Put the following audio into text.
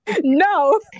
No